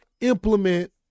implement